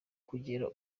kugera